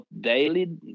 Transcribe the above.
daily